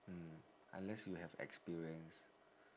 mm unless you have experience